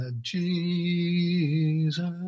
Jesus